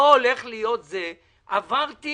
עברתי